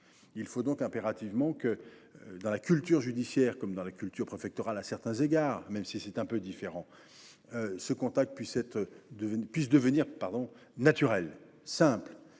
Il faut donc impérativement que, dans la culture judiciaire comme dans la culture préfectorale, même si c’est un peu différent, ce contact puisse devenir naturel et simple.